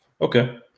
okay